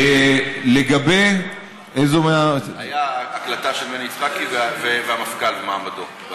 לגבי, איזו, ההקלטה של מני יצחקי והמפכ"ל ומעמדו.